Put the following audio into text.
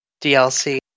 DLC